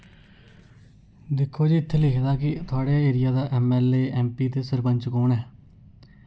दिक्खो जी इत्थै लिखे दा कि थुआढ़े एरिया दा ऐम्मऐल्लए ऐम्मपी ते सरपंच कु'न ऐ